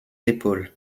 épaules